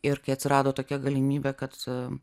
ir kai atsirado tokia galimybė kad